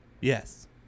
yes